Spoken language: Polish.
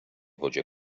wodzie